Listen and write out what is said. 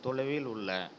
தொலைவில் உள்ள